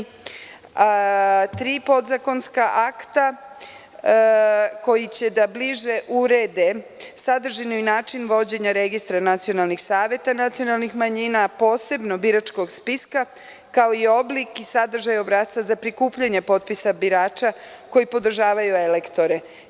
Međutim, mi smo već pristupili izradi tri podzakonska akta koji će da bliže urede sadržaj i način vođenja registra nacionalnih saveta nacionalnih manjina, posebnog biračkog spiska, kao i oblik i sadržaj obrasca za prikupljanje potpisa birača koji podržavaju elektore.